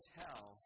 tell